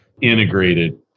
integrated